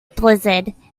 blizzard